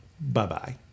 Bye-bye